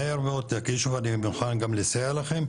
מהר מאוד תגישו ואני מוכן גם לסייע לכם,